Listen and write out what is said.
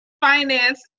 finance